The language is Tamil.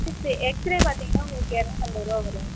ஃபீஸ் எக்ஸ்ரே பார்த்தீங்கன்னா உங்களுக்கு இரநூத்தம்பதுருவா வரும்